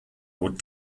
would